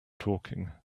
talking